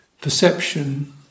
perception